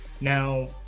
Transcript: Now